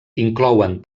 inclouen